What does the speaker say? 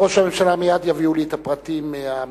ראש הממשלה, מייד יביאו לי את הפרטים, הממ"מ.